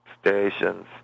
stations